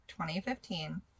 2015